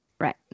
Right